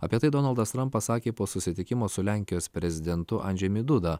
apie tai donaldas trampas sakė po susitikimo su lenkijos prezidentu andžejumi duda